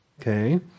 Okay